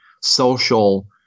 social